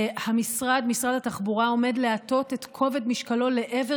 משרד התחבורה עומד להטות את כובד משקלו לעבר